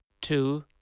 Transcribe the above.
two